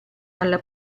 alla